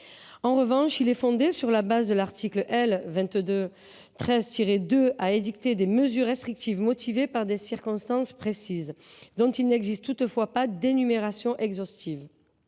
En revanche, il est fondé, sur la base de l’article L. 2213–2 du même code, à édicter des mesures restrictives motivées par des circonstances précises, dont il n’existe toutefois pas d’énumération exhaustive.